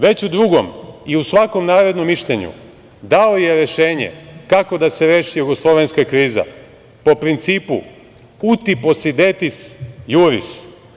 Već u drugom i u svakom narednom mišljenju dao je rešenje kako da se reši jugoslovenska kriza, po principu „uti posedetis juris“